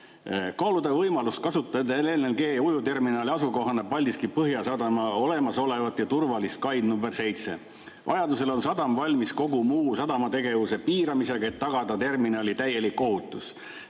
"Kaaluda võimalust kasutada LNG‑ujuvterminali asukohana Paldiski Põhjasadama olemasolevat ja turvalist kaid nr 7. Vajadusel on sadam valmis kogu muu sadamategevuse piiramisega, et tagada terminali täielik ohutus.